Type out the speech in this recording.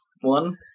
one